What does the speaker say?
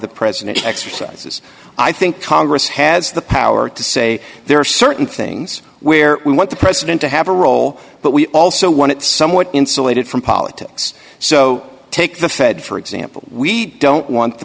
the president exercises i think congress has the power to say there are certain things where we want the president to have a role but we also want it somewhat insulated from politics so take the fed for example we don't want the